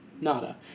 Nada